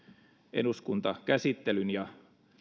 eduskuntakäsittelyn ja